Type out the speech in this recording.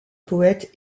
poète